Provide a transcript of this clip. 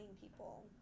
people